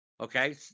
Okay